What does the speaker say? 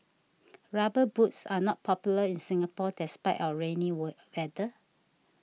rubber boots are not popular in Singapore despite our rainy were weather